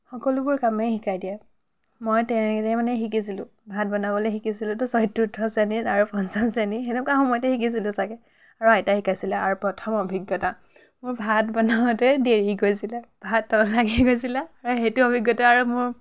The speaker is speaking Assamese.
সকলোবোৰ কামেই শিকাই দিয়ে মই তেনেদৰেই মানে শিকিছিলোঁ ভাত বনাবলৈ শিকিছিলোঁ তো চতুৰ্থ শ্ৰেণীত আৰু পঞ্চম শ্ৰেণী সেনেকুৱা সময়তে শিকিছিলোঁ ছাগৈ আৰু আইতাই শিকাইছিলে আৰু প্ৰথম অভিজ্ঞতা মোৰ ভাত বনাওঁতে দেৰি গৈছিলে ভাত তলত লাগি গৈছিলে আৰু সেইটো অভিজ্ঞতা আৰু মোৰ